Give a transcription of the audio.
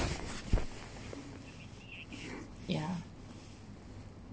yeah